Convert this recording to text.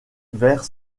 vers